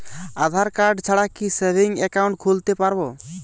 আধারকার্ড ছাড়া কি savings account খুলতে পারব?